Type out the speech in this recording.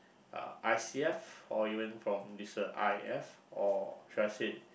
uh or even from this uh I F or should I say